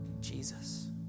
Jesus